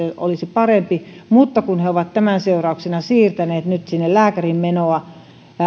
olisi parempi mutta kun he ovat tämän seurauksena siirtäneet lääkäriin menoa